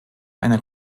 einer